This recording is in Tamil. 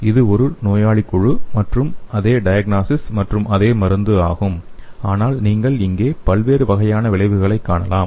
இது ஒரு நோயாளி குழு மற்றும் அதே டயக்னாசிஸ் மற்றும் அதே மருந்து ஆகும் ஆனால் நீங்கள் இங்கே பல்வேறு வகையான விளைவுகளைக் காணலாம்